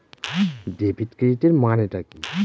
Debit ক্রেডিটের মানে টা কি?